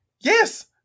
yes